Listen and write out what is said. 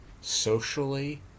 socially